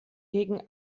gegen